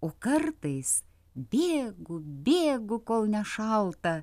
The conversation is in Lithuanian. o kartais bėgu bėgu kol nešalta